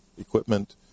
equipment